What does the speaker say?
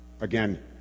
Again